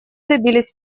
добились